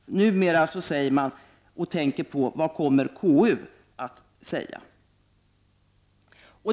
Numera tänker man på vad KU kommer att säga.